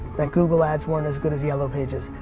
that google ads weren't as good as yellow pages.